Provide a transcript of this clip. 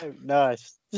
nice